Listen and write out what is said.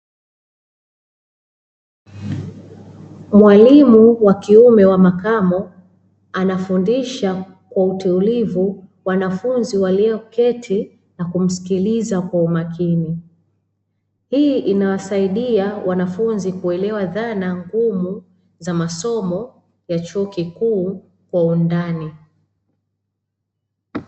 Mwalimu wa kiume wa makamo anafundisha kwa utulivu wanafunzi walioketi na kumsikiliza kwa umakini. Hii inawasaidia wanafunzi kuelewa dhana kuu za masomo ya chuo kikuu kwa undani.